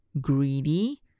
greedy